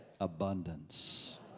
Abundance